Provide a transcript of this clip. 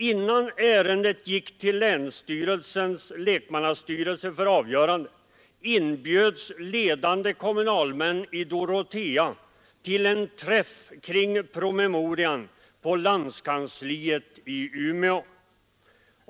Innan ärendet gick till länsstyrelsens lekmannastyrelse för avgörande inbjöds ledande kommunalmän i Dorotea till en träff kring promemorian på landskansliet i Umeå.